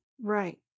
Right